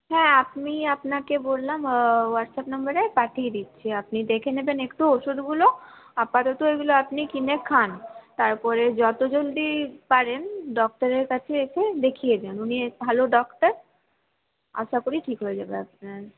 হ্যাঁ আপনি আপনাকে বললাম হোয়াটসঅ্যাপ নাম্বারে পাঠিয়ে দিচ্ছি আপনি দেখে নেবেন একটু ওষুধগুলো আপাতত এগুলো আপনি কিনে খান তারপরে যত জলদি পারেন ডক্টরের কাছে এসে দেখিয়ে যান উনি ভালো ডক্টর আশা করি ঠিক হয়ে যাবে আপনার